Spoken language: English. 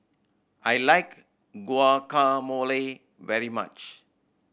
I like Guacamole very much